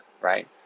right